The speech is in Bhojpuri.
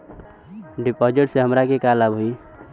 डिपाजिटसे हमरा के का लाभ होई?